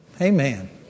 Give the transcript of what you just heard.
Amen